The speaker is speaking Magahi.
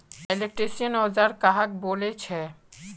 इलेक्ट्रीशियन औजार कहाक बोले छे?